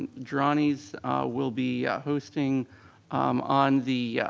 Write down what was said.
droney's will be hosting on the.